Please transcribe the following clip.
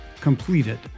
completed